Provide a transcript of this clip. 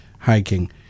Hiking